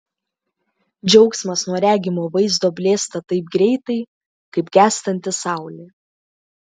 džiaugsmas nuo regimo vaizdo blėsta taip greitai kaip gęstanti saulė